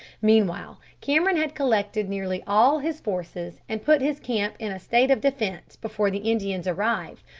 meanwhile cameron had collected nearly all his forces, and put his camp in a state of defence before the indians arrived,